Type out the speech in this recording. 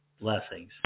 Blessings